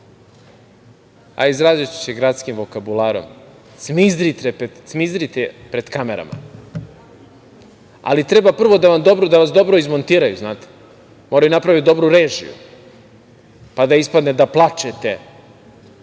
izraziću se gradskim vokabularom, cmizdrite pred kamerama, ali treba prvo da vas dobro izmontiraju, moraju da naprave dobru režiju, pa da ispadne da plačete